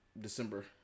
December